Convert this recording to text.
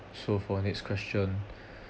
so for next question